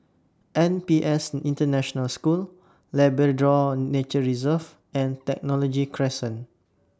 N P S International School Labrador Nature Reserve and Technology Crescent